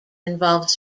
involves